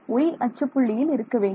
y அச்சு புள்ளியில் இருக்க வேண்டும்